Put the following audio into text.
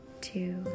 two